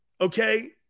Okay